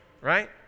right